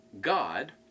God